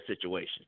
situation